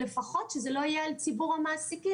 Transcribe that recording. לכל הפחות שזה לא יהיה על ציבור המעסיקים,